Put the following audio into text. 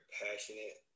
passionate